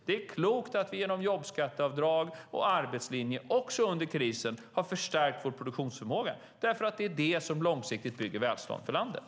Det är klokt att vi genom jobbskatteavdrag och arbetslinjen också under krisen har förstärkt vår produktionsförmåga. Det är det som långsiktigt bygger välstånd för landet.